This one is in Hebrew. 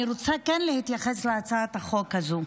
אני כן רוצה להתייחס להצעת החוק הזו,